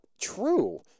true